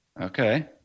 Okay